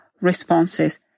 responses